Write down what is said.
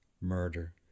Murder